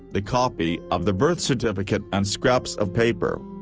the copy of the birth certificate and scraps of paper.